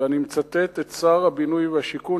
ואני מצטט את שר הבינוי והשיכון,